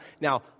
Now